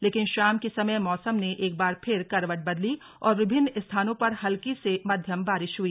लेकिन शाम के समय मौसम ने एकबार फिर करवट बदली और विभिन्न स्थानों पर हल्की से मध्यम बारिश हुई